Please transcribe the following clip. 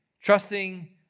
trusting